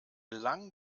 lang